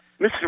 Mr